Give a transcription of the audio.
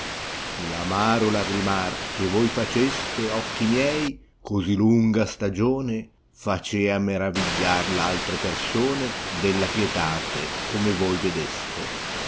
amaro lagrìmar che voi faceste occhi miei così lunga stagione facea meravigliar v altre persone della pietate come voi vedeste